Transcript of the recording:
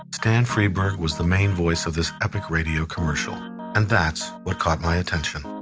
stan freberg was the main voice of this epic radio commercial and that's what caught my attention.